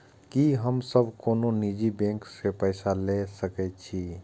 की हम सब कोनो निजी बैंक से पैसा ले सके छी?